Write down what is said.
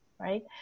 right